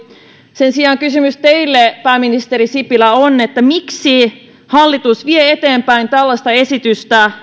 sen sijaan kysymys teille pääministeri sipilä on miksi hallitus vie eteenpäin tällaista esitystä